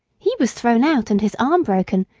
he was thrown out and his arm broken,